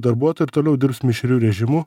darbuotojai ir toliau dirbs mišriu režimu